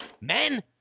Men